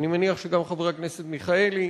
אני מניח שגם חבר הכנסת מיכאלי,